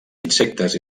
insectes